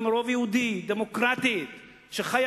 זה מלווה אותי כל יום, כל